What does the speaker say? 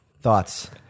Thoughts